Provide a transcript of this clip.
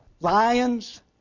Lions